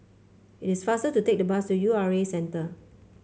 it is faster to take the bus to U R A Centre